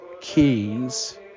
keys